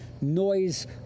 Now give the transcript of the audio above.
noise